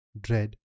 dread